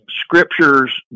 scriptures